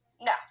No